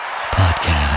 Podcast